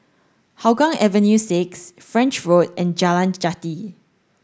Hougang Avenue six French Road and Jalan Jati